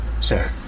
Sir